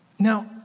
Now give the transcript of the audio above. Now